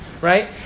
right